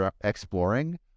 exploring